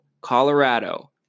Colorado